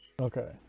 Okay